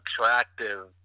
attractive